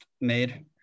made